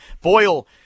Boyle